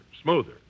smoother